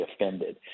offended